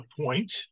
point